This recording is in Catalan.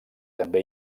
també